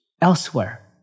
elsewhere